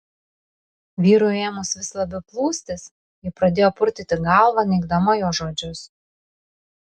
vyrui ėmus vis labiau plūstis ji pradėjo purtyti galvą neigdama jo žodžius